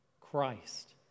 Christ